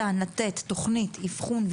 קיצון.